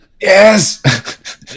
Yes